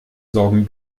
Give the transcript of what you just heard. sorgen